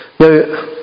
Now